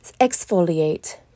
Exfoliate